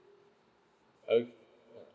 uh